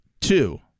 two